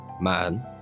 man